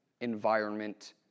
environment